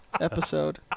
episode